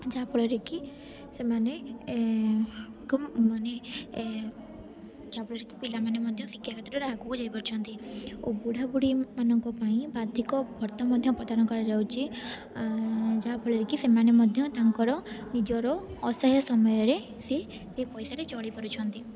ଯାହା ଫଳରେ କି ସେମାନେ ଙ୍କୁ ମାନେ ଯାହାଫଳରେ କି ପିଲାମାନେ ମଧ୍ୟ ଶିକ୍ଷା କ୍ଷେତ୍ରରେ ଆଗକୁ ଯାଇ ପାରୁଛନ୍ତି ଓ ବୁଢ଼ା ବୁଢ଼ୀ ମାନଙ୍କ ପାଇଁ ବାର୍ଦ୍ଧକ୍ୟ ଭର୍ତ୍ତା ମଧ୍ୟ ପ୍ରଦାନ କରାଯାଉଛି ଯାହା ଫଳରେ କି ସେମାନେ ମଧ୍ୟ ତାଙ୍କର ନିଜର ଅସହାୟ ସମୟରେ ସିଏ ପଇସାରେ ଚଳି ପାରୁଛନ୍ତି